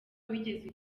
wigeze